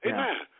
Amen